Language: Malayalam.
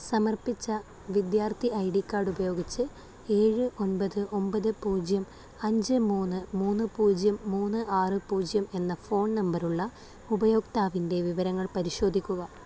സമർപ്പിച്ച വിദ്യാർത്ഥി ഐ ഡി കാർഡ് ഉപയോഗിച്ച് ഏഴ് ഒമ്പത് ഒമ്പത് പൂജ്യം അഞ്ച് മൂന്ന് മൂന്ന് പൂജ്യം മൂന്ന് ആറ് പൂജ്യം എന്ന ഫോൺ നമ്പർ ഉള്ള ഉപയോക്താവിൻ്റെ വിവരങ്ങൾ പരിശോധിക്കുക